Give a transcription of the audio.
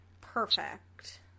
Perfect